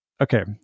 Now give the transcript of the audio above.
okay